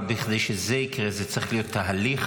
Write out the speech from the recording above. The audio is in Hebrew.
אבל בכדי שזה יקרה זה צריך להיות תהליך,